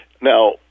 Now